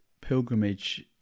pilgrimage